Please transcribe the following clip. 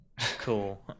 Cool